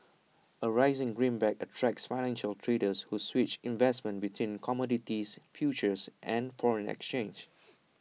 A rising greenback attracts financial traders who switch investments between commodities futures and foreign exchange